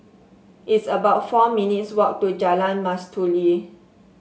it's about four minutes' walk to Jalan Mastuli